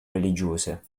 religiose